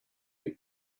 your